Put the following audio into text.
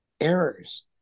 errors